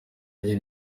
rye